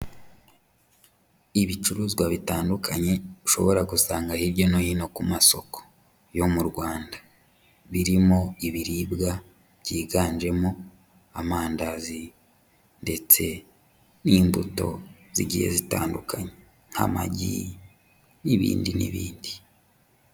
Ibicuruzwa bitandukanye, ushobora gusanga hirya no hino ku masoko yo mu Rwanda. birimo ibiribwa, byiganjemo amandazi ndetse n'imbuto zigiye zitandukanye nk'amagi, n'ibindi n'ibindi.